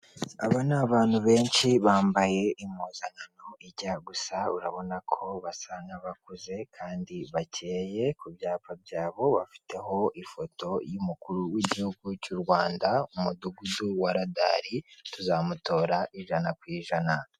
Aba ni abantu benshi bambaye impuzankano ijya gusa urabona ko basa nk'abakuze kandi bakeye, ku byapa byabo bafiteho ifoto y'umukuru w'igihugu cy'u Rwanda mu umudugudu wa radari tuzamutora ijana ku ijana.